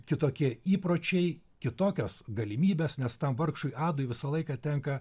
kitokie įpročiai kitokios galimybės nes tam vargšui adui visą laiką tenka